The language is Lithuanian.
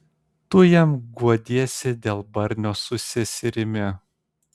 tu jam guodiesi dėl barnio su seserimi